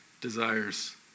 desires